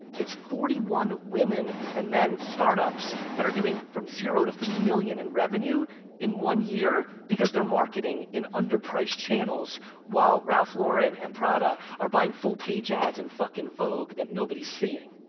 it's forty one women and men startups that are doing from zero to three million in revenue in one year because they're marketing in underpriced channels while ralph lauren and prada are buying full page ads in fuckin' vogue that nobody's seeing.